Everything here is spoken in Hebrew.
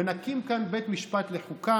ונקים כאן בית משפט לחוקה,